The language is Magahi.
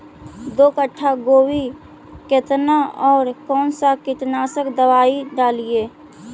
दो कट्ठा गोभी केतना और कौन सा कीटनाशक दवाई डालिए?